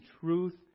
truth